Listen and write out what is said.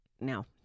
now